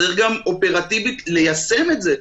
צריך גם אופרטיבית ליישם את זה,